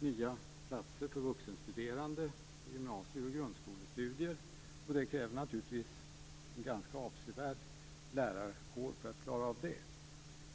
nya platser för vuxenstuderande i gymnasieoch grundskolestudier. Det krävs naturligtvis en avsevärd lärarkår för att klara av detta.